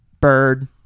Bird